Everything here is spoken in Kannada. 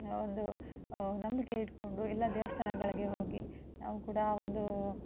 ಒಂದು ನಂಬಿಕೆ ಇಟ್ಕೊಂಡು ಎಲ್ಲ ದೇವಸ್ಥಾನಗಳಿಗೆ ಹೋಗಿ ನಾವು ಕೂಡ ಒಂದು